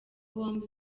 bombi